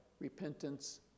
repentance